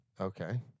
Okay